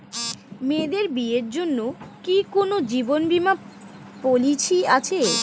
মেয়েদের বিয়ের জন্য কি কোন জীবন বিমা পলিছি আছে?